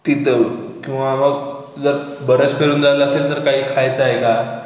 तिथं किंवा मग जर बरेच फिरून झालं असेल तर काही खायचं आहे का